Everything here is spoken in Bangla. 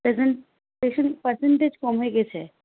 প্রেজেন্ট প্রেজেন্ট পার্সেন্টেজ কম হয়ে গিয়েছে